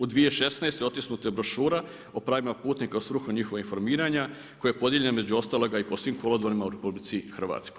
U 2016. otisnuta je brošura o pravima putnika u svrhu njihovog informiranja koja je podijeljena između ostaloga i po svim kolodvorima u RH.